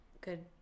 good